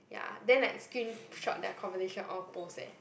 ya then like screenshot their conversation all post eh